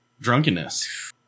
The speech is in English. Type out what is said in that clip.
drunkenness